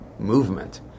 movement